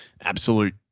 absolute